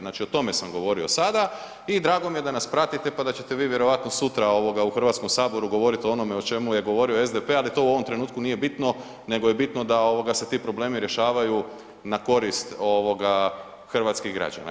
Znači o tome sam govorio sada i drago mi je da nas pratite pa da ćete vi vjerojatno sutra u Hrvatskom saboru govorit o onom o čemu je govorio SDP, ali to u ovom trenutku nije bitno, nego je bitno da se ti problemi rješavaju na korist hrvatskih građana.